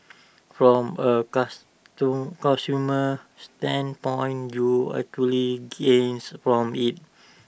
from A consumer standpoint you actually gains from IT